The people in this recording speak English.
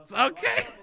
okay